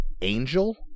angel